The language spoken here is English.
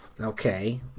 Okay